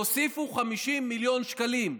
תוסיפו 50 מיליון שקלים,